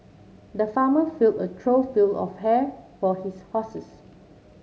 the farmer filled a trough feel of hay for his horses